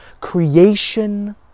creation